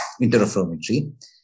interferometry